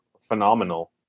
phenomenal